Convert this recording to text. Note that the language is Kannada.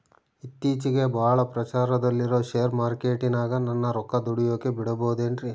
ಇತ್ತೇಚಿಗೆ ಬಹಳ ಪ್ರಚಾರದಲ್ಲಿರೋ ಶೇರ್ ಮಾರ್ಕೇಟಿನಾಗ ನನ್ನ ರೊಕ್ಕ ದುಡಿಯೋಕೆ ಬಿಡುಬಹುದೇನ್ರಿ?